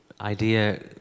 idea